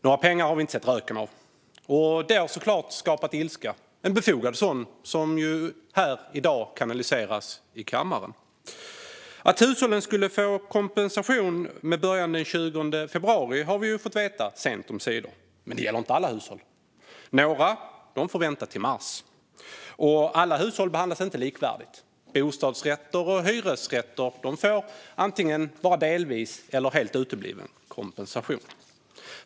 Några pengar har vi inte sett röken av, och det har såklart skapat ilska - en befogad sådan, som här i dag kanaliseras i kammaren. Att hushållen skulle få kompensation med början den 20 februari har vi ju, sent omsider, fått veta. Men det gäller inte alla hushåll; några får vänta till mars. Alla hushåll behandlas heller inte likvärdigt - bostadsrätter och hyresrätter får bara delvis kompensation, om den inte uteblir helt.